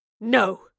No